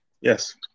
Yes